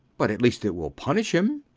but at least it will punish him.